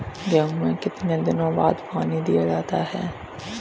गेहूँ में कितने दिनों बाद पानी दिया जाता है?